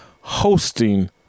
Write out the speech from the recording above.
hosting